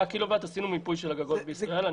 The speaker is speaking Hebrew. קילוואט עשינו מיפוי של הגגות בישראל.